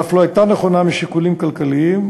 ואף לא הייתה נכונה משיקולים כלכליים,